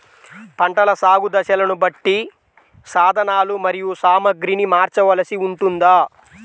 పంటల సాగు దశలను బట్టి సాధనలు మరియు సామాగ్రిని మార్చవలసి ఉంటుందా?